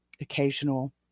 occasional